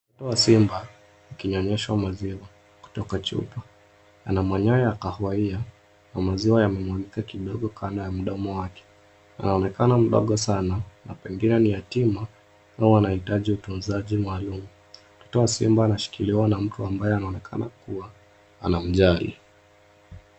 Mtoto wa simba akinyonyeshwa maziwa kutoka chupa. Ana manyoya ya kahawia na maziwa yamemwagika kidogo kando ya mdomo wake. Anaonekana mdogo sana na pengine ni yatima huwa anahitaji utunzaji maalum. Mtoto wa simba anashikiliwa na mtu ambaye anaonekana kuwa anamjali.